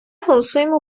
голосуємо